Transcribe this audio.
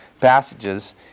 passages